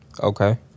Okay